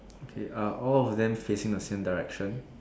okay are all of them facing the same direction